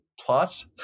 plot